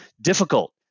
difficult